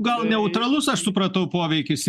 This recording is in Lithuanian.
gal neutralus aš supratau poveikis